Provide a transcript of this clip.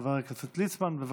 חבר הכנסת ליצמן, בבקשה.